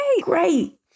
great